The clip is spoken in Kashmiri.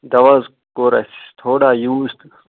دَوا حظ کوٚر اَسہِ تھوڑا یوٗز تہٕ